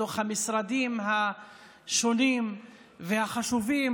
בתוך המשרדים השונים והחשובים,